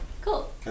Cool